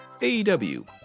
AEW